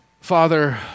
Father